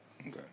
Okay